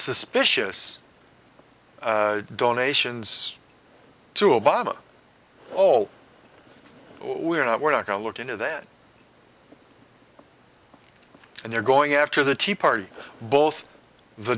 suspicious donations to obama all we're not we're not going to look into that and they're going after the tea party both the